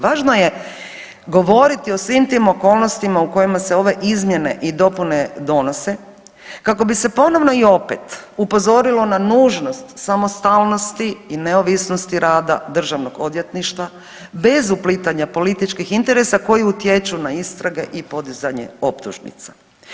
Važno je govoriti o svim tim okolnostima u kojima se ove izmjene i dopune donose kako bi se ponovno i opet upozorilo na nužnost samostalnosti i neovisnosti rada državnog odvjetništva bez uplitanja političkih interesa koji utječu na istrage i podizanje optužnica.